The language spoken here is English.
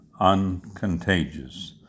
uncontagious